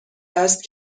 است